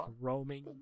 Roaming